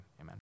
Amen